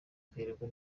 kayirebwa